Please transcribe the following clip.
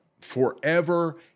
forever